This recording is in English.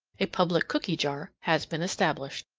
a public cooky jar has been established.